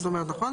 נכון?